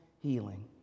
healing